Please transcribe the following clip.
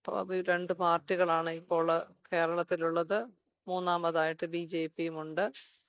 പ്പൊ ഈ രണ്ട് പാർട്ടികളാണ് ഇപ്പോള് കേരളത്തിലുള്ളത് മൂന്നാമതായിട്ട് ബി ജെ പിയുമുണ്ട്